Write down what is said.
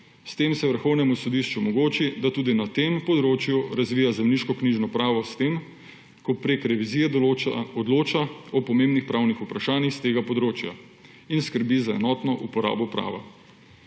S tem se Vrhovnemu sodišču omogoči, da tudi na tem področju razvija zemljiškoknjižno pravo s tem, ko prek revizije odloča o pomembnih pravnih vprašanjih s tega področja in skrbi za enotno uporabo prava.